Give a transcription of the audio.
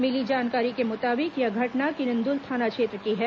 मिली जानकारी के मुताबिक यह घटना किरंदुल थाना क्षेत्र की है